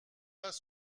pas